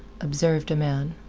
observed a man.